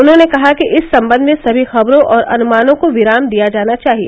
उन्होंने कहा कि इस संबंध में सभी खबरों और अनुमानों को विराम दिया जाना चाहिए